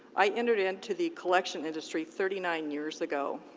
i entered into the collection industry thirty nine years ago,